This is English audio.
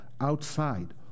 outside